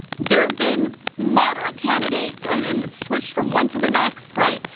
there have been moderate candidates. and and it's switched from one to the next, right,